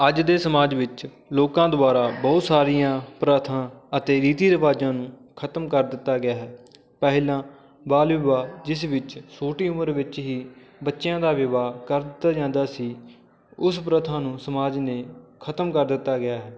ਅੱਜ ਦੇ ਸਮਾਜ ਵਿੱਚ ਲੋਕਾਂ ਦੁਆਰਾ ਬਹੁਤ ਸਾਰੀਆਂ ਪ੍ਰਥਾਂ ਅਤੇ ਰੀਤੀ ਰਿਵਾਜ਼ਾਂ ਨੂੰ ਖਤਮ ਕਰ ਦਿੱਤਾ ਗਿਆ ਹੈ ਪਹਿਲਾਂ ਬਾਲ ਵਿਵਾਹ ਜਿਸ ਵਿੱਚ ਛੋਟੀ ਉਮਰ ਵਿੱਚ ਹੀ ਬੱਚਿਆਂ ਦਾ ਵਿਵਾਹ ਕਰ ਦਿੱਤਾ ਜਾਂਦਾ ਸੀ ਉਸ ਪ੍ਰਥਾ ਨੂੰ ਸਮਾਜ ਨੇ ਖਤਮ ਕਰ ਦਿੱਤਾ ਗਿਆ ਹੈ